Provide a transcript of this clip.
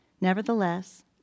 Nevertheless